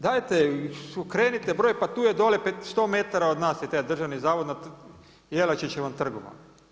Dajte okrenite broj pa tu je dolje 100 metara od nas je taj državni zavod na Jelačićevom trgu.